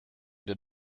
did